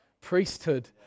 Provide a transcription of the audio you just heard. priesthood